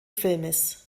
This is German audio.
filmes